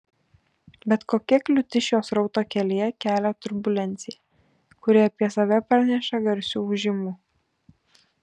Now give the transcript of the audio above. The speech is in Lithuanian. bet kokia kliūtis šio srauto kelyje kelia turbulenciją kuri apie save praneša garsiu ūžimu